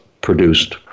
produced